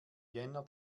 jänner